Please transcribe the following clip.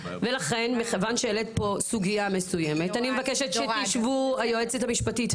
מכיוון שהעלית פה סוגיה מסוימת אני מבקשת שאת והיועצת המשפטית תשבו